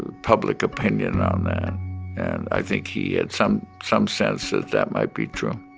ah public opinion on that. and i think he had some some sense that that might be true